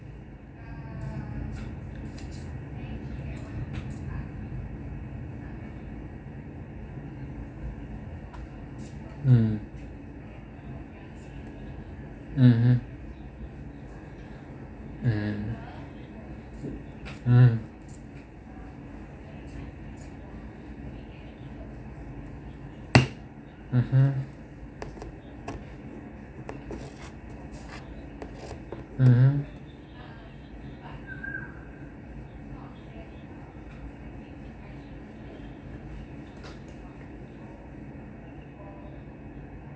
mm mmhmm mm mm mmhmm mmhmm